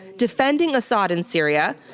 defending assad in syria,